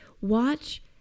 Watch